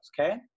okay